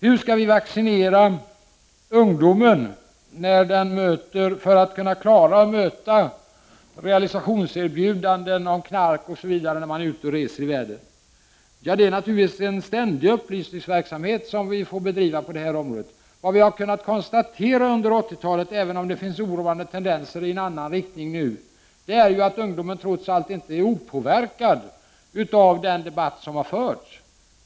Hur skall vi vaccinera ungdomarna så att de skall kunna möta realisationserbjudanden i fråga om knark osv. när de är ute och reser i världen? Ja, vi måste naturligtvis bedriva en ständig upplysningsverksamhet på detta område. Vad vi under 80-talet har kunnat konstatera, även om det nu finns oroande tendenser i en annan riktning, är att ungdomen trots allt inte är opåverkad av den debatt som har förts.